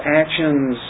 actions